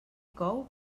cou